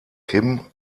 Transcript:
kim